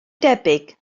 debyg